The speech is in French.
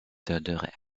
théodore